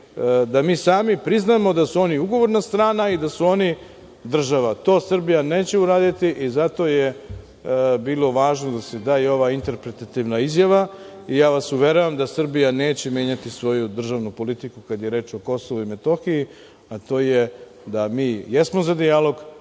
da mi sami priznamo da su oni ugovorna strana i da su oni država. To Srbija neće uraditi i zato je bilo važno da se da i ova interpretativna izjava. Ja vas uveravam da Srbija neće menjati svoju državnu politiku kada je reč o Kosovu i Metohiji, a to je da mi jesmo za dijalog,